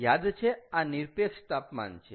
યાદ છે આ નિરપેક્ષ તાપમાન છે